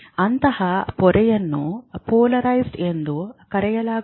ಅಂತಹ ಪೊರೆಯನ್ನು ಪೊಲರಿಜ್ಡ್ ಎಂದು ಕರೆಯಲಾಗುತ್ತದೆ